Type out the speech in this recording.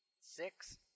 Six